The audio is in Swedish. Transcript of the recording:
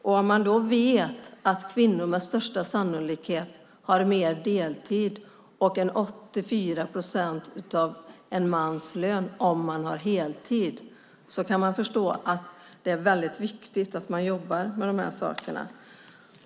Om man då vet att kvinnor med största sannolikhet har mer deltid och i genomsnitt 84 procent av en mans lön om de har heltid kan man förstå att det är väldigt viktigt att man jobbar med de här sakerna.